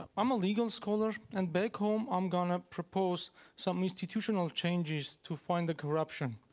um i'm a legal scholar, and back home, i'm going to propose some institutional changes to find the corruption.